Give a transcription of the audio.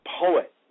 poet